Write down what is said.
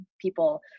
people